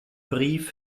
brief